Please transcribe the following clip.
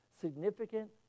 significant